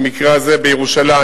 במקרה הזה בירושלים,